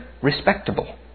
Respectable